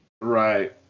Right